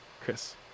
Chris